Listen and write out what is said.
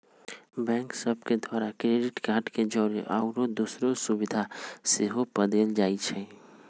bank सभ के द्वारा क्रेडिट कार्ड के जौरे आउरो दोसरो सुभिधा सेहो पदेल जाइ छइ